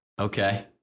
Okay